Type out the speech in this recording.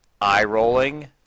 eye-rolling